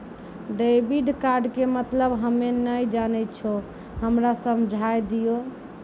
Debit card के मतलब हम्मे नैय जानै छौ हमरा समझाय दियौ?